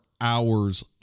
hours